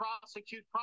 prosecute